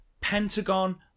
Pentagon